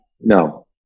no